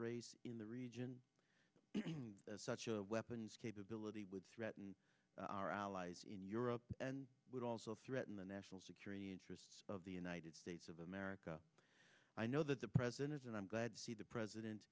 race in the region as such a weapons capability would threaten our allies in europe and would also threaten the national security interests of the united states of america i know that the president is and i'm glad to see the president